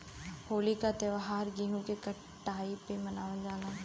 होली क त्यौहार गेंहू कटाई पे मनावल जाला